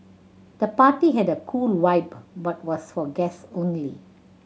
the party had a cool vibe but was for guest only